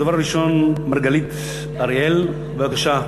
הדובר הראשון, אראל מרגלית, בבקשה,